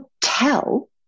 tell